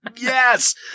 Yes